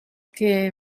que